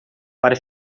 para